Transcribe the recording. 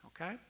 okay